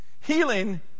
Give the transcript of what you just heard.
Healing